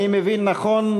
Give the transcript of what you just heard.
אני מבין נכון,